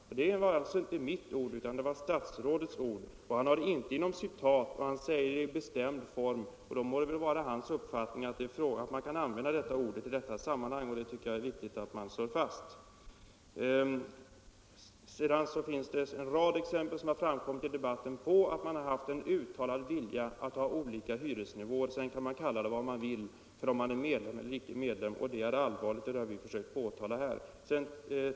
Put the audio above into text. Det uttrycket är alltså inte mitt utan statsrådets. Han sätter det inte inom citationstecken, han säger det i bestämd form. Då må det väl vara hans uppfattning att man kan använda det ordet i detta sammanhang, och det tycker jag är viktigt att slå fast. I debatten har det framkommit en rad exempel på att hyresgäströrelsen har visat en uttalad vilja att ha olika hyresnivåer för medlemmar och icke-medlemmar — sedan kan man kalla det vad man vill. Det är allvarligt, och det är det vi har försökt påtala här.